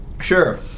Sure